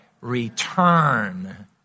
Return